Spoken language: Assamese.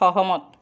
সহমত